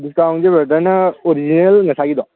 ꯗꯤꯁꯀꯥꯎꯟꯁꯦ ꯕ꯭ꯔꯗꯔꯅ ꯑꯣꯔꯤꯖꯤꯅꯦꯜ ꯉꯁꯥꯏꯒꯤꯗꯣ